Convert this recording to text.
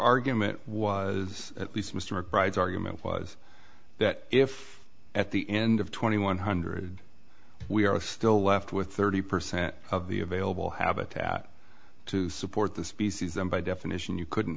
argument was at least mr mcbride's argument was that if at the end of twenty one hundred we are still left with thirty percent of the available habitat to support the species and by definition you couldn't